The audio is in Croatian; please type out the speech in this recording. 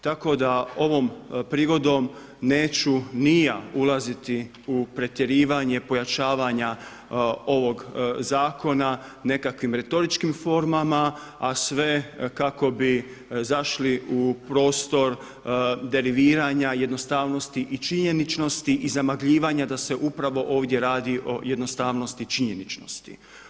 Tako da ovom prigodom neću ni ja ulaziti u pretjerivanje pojačavanja ovog zakona nekakvim retoričkim formama, a sve kako bi zašli u prostor deriviranja jednostavnosti i činjeničnosti i zamagljivanja da se upravo ovdje radi o jednostavnosti činjeničnosti.